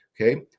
okay